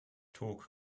talk